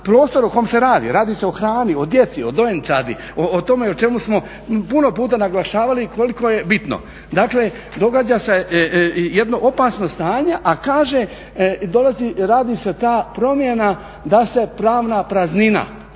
prostor o kojem se radi. Radi se o hrani, o djeci, o dojenčadi, o tome o čemu smo puno puta naglašavali koliko je bitno. Dakle, događa se jedno opasno stanje a kaže dolazi, radi se ta promjena da se pravna praznina